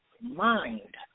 mind